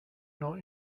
not